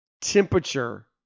temperature